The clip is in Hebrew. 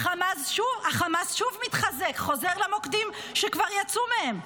חמאס שוב מתחזק, חוזר למוקדים שכבר יצאו מהם.